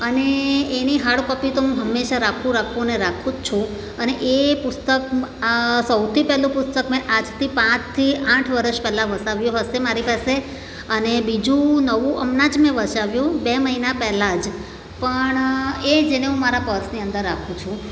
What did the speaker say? અને એની hard copy તો હું હંમેશા રાખું રાખું ને રાખું જ છું અને એ પુસ્તક આ સૌથી પહેલું પુસ્તક મેં આજથી પાંચથી આઠ વર્ષ પહેલાં વસાવ્યું હશે મારી પાસે અને બીજું નવું હમણાં જ મેં વસાવ્યું બે મહિના પહેલાં જ પણ એ જ એને હું મારા પર્સની અંદર રાખું છું